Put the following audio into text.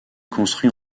construit